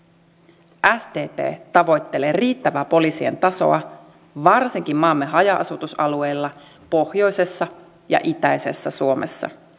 sdp tavoittelee riittävää poliisien tasoa varsinkin maamme haja asutusalueilla pohjoisessa ja itäisessä suomessa